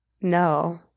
No